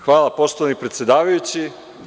Hvala poštovani predsedavajući.